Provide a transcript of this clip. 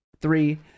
three